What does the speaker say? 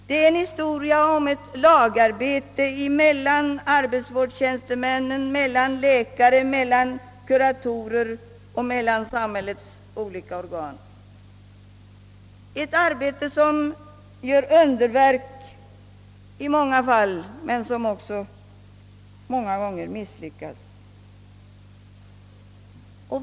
Det är fråga om ett lagarbete mellan arbetstjänstemän, läkare, kuratorer och mellan samhällets olika organ. Det är ett arbete som gör underverk i många fall, men som också många sånger misslyckas.